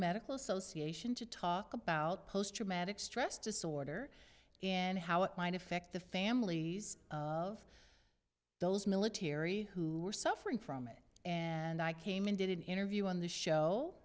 medical association to talk about post traumatic stress disorder and how it might affect the families of those military who are suffering from it and i came in did an interview on the show